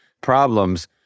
problems